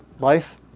Life